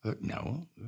No